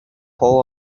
fall